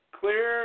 clear